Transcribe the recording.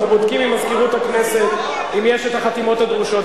אנחנו בודקים עם מזכירות הכנסת אם יש החתימות הדרושות,